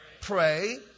Pray